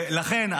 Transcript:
לכן,